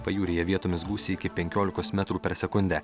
pajūryje vietomis gūsiai iki penkiolikos metrų per sekundę